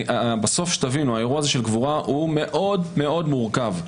תבינו, אירוע הקבורה הוא מאוד מאוד מורכב.